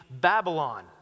Babylon